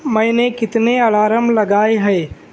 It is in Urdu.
میں نے کتنے الارم لگائے ہے